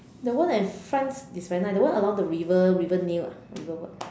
the one in France is very nice the one along the river river nill ah river what